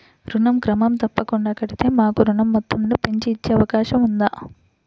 ఋణం క్రమం తప్పకుండా కడితే మాకు ఋణం మొత్తంను పెంచి ఇచ్చే అవకాశం ఉందా?